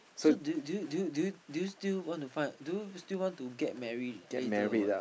so do you do you do you do you still want to find do you still get married later or what